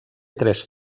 tres